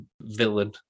villain